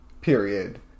period